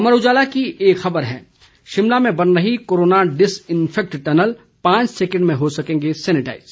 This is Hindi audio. अमर उजाला की एक खबर है शिमला में बन रही कोरोना डिसइंफेक्ट टनल पांच सेकेंड में हो सकेंगे सैनेटाइज